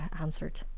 answered